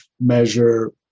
measure